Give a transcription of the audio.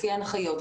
לפי הנחיות,